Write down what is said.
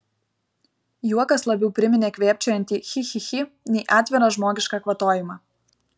juokas labiau priminė kvėpčiojantį chi chi chi nei atvirą žmogišką kvatojimą